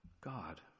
God